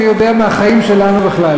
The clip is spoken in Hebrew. אני יודע מהחיים שלנו בכלל,